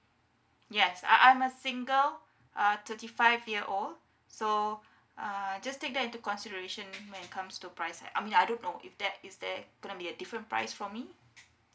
yes I I'm a single uh thirty five year old so uh just take that into consideration when it comes to price I mean I don't know if that is there gonna be a different price for me